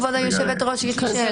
כבוד היושבת-ראש, יש לי שאלה.